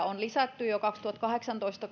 on jo lisätty kaksituhattakahdeksantoista